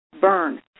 burn